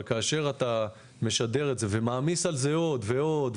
אבל כאשר אתה משדר את זה ומעמיס על זה עוד ועוד,